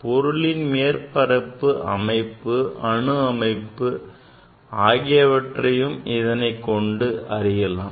பொருளின் மேற்பரப்பு அமைப்பு அணு அமைப்பு ஆகியவற்றையும் இதனைக் கொண்டு அறியலாம்